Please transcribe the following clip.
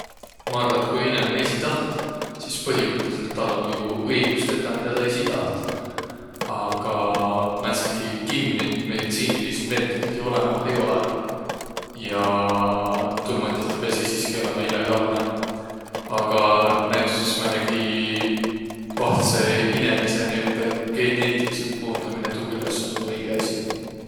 Maq arva, et ku inemine esiq that sis põhimõttelidselt täl om jo õigus tetäq midä tä esiq that. Aga määndsitki kimmit meditsiiniliidsi meetotiid jo olemah ei olõq. Ja tuuh mõttõh tuu piäsiq siski olõma illegaalne aga näütüses määnegi vahtsõ inemise niiüte- geneetilidselt muundaminõ, tuu küll es olnuq õigõ asi.